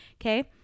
Okay